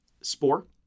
Spore